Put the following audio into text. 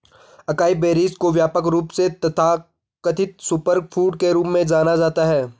acai berries को व्यापक रूप से तथाकथित सुपरफूड के रूप में जाना जाता है